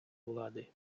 влади